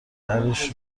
درش